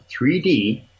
3D